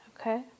Okay